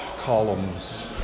columns